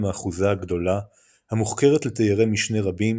האחוזה הגדולה המוחכרת לדיירי משנה רבים,